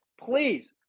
please